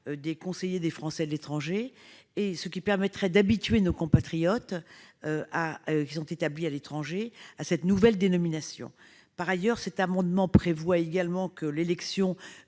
des conseillers des Français de l'étranger, ce qui permettrait d'habituer nos compatriotes établis à l'étranger à cette nouvelle dénomination. Par ailleurs, les dispositions de cet amendement prévoient que la fonction